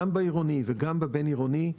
גם בעירוני וגם בבין-עירוני,